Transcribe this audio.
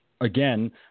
Again